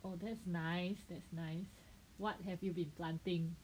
oh that's nice that's nice what have you been planting